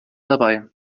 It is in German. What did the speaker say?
dabei